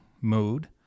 mood